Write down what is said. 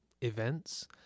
events